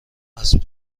اسب